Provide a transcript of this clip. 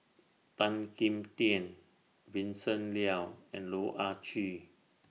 Tan Kim Tian Vincent Leow and Loh Ah Chee